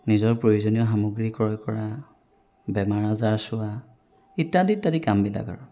নিজৰ প্ৰয়োজনীয় সামগ্ৰী ক্ৰয় কৰা বেমাৰ আজাৰ চোৱা ইত্যাদি ইত্যাদি কামবিলাক আৰু